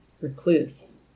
recluse